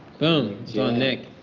boom. it's on nick.